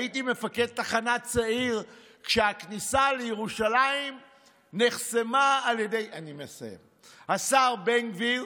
הייתי מפקד תחנה צעיר כשהכניסה לירושלים נחסמה על ידי השר בן גביר,